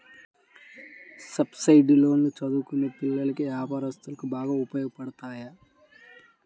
subsidised లోన్లు చదువుకునే పిల్లలకి, వ్యాపారస్తులకు బాగా ఉపయోగపడతాయి